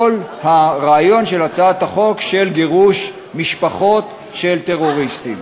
הרעיון של הצעת חוק לגירוש משפחות של טרוריסטים.